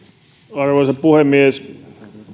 arvoisa puhemies